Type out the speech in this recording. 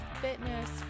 fitness